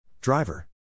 Driver